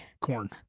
corn